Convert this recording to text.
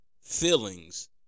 Feelings